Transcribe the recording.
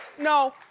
no,